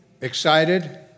excited